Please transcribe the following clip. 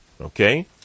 Okay